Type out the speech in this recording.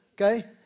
Okay